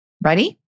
Ready